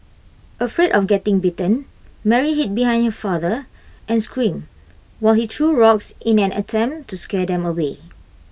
afraid of getting bitten Mary hid behind her father and screamed while he threw rocks in an attempt to scare them away